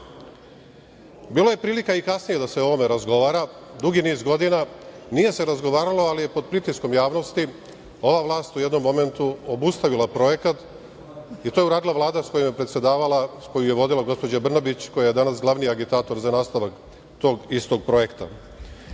je prilika i kasnije da se o ovome razgovara, dugi niz godina. Nije se razgovaralo, ali je pod pritiskom javnosti ova vlast u jednom momentu obustavila projekat i to je uradila Vlada sa kojom je predsedavala, koju je vodila gospođa Brnabić, a koja je danas glavni agitator za nastavak tog istog projekta. Vi